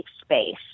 space